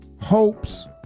hopes